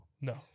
no